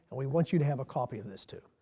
we want you to have a copy of this too.